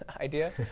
idea